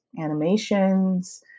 animations